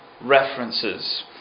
references